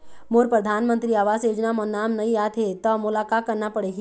मोर परधानमंतरी आवास योजना म नाम नई आत हे त मोला का करना पड़ही?